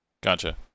Gotcha